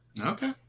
Okay